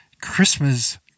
Christmas